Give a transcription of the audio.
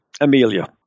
Amelia